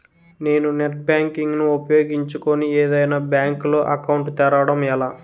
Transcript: నేను net banking ను ఉపయోగించుకుని ఏదైనా బ్యాంక్ లో అకౌంట్ తెరవడం ఎలా?